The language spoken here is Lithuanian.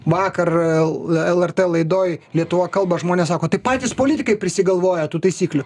vakar l lrt laidoj lietuva kalba žmonės sako tai patys politikai prisigalvoja tų taisyklių